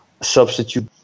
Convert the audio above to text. substitute